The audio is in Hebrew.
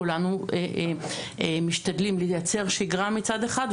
כולנו משתדלים לייצר שיגרה מצד אחד,